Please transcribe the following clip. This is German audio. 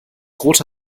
rote